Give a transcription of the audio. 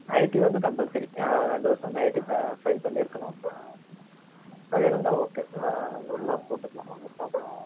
ID வந்து compulsory ரெண்டு வருஷம் வந்து ஐடி ப ஃபைல் பண்ணியிருக்கணும் அது இருந்தால் ஓகே லோன் போட்டுக்கலாம் ஒன்றும் ப்ராப்லம் இல்லை